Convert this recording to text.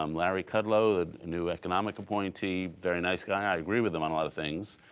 um larry kudlow, a new economic appointee, very nice guy, i agree with him on a lot of things.